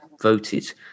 voted